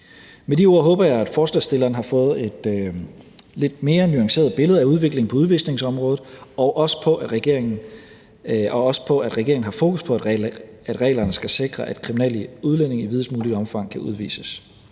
Med de ord håber jeg, at forslagsstillerne har fået et lidt mere nuanceret billede af udviklingen på udvisningsområdet og også på, at regeringen har fokus på, at reglerne skal sikre, at kriminelle udlændinge i videst muligt omfang kan udvises.